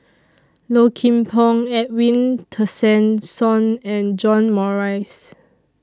Low Kim Pong Edwin Tessensohn and John Morrice